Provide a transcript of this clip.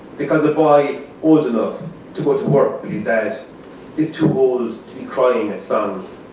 because a boy old enough to go to work with his dad is too old to be crying a son.